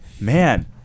man